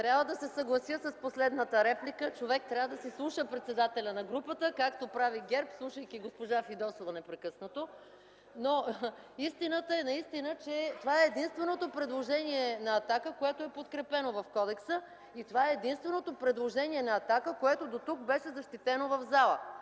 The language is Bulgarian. Трябва да се съглася с последната реплика – човек трябва да си слуша председателя на групата, както прави ГЕРБ, слушайки госпожа Фидосова непрекъснато. Истината е, че наистина това е единственото предложение на „Атака”, което е подкрепено в кодекса, и това е единственото предложение на „Атака”, което до този момент беше защитено в залата.